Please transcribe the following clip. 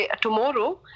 tomorrow